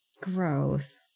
gross